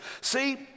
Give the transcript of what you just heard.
See